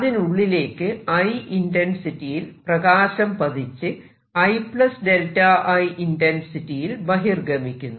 അതിനുള്ളിലേക്ക് I ഇന്റെൻസിറ്റിയിൽ പ്രകാശം പതിച്ച് I 𝚫I ഇന്റെൻസിറ്റിയിൽ ബഹിർഗമിക്കുന്നു